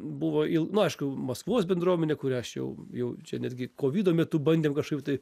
buvo il na aišku maskvos bendruomenė kurią aš jau jau čia netgi kovido metu bandėm kažkaip tai